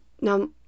Now